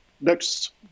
next